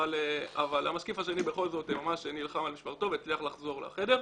אבל המשקיף השני בכל זאת ממש נלחם על משמרתו והצליח לחזור לחדר.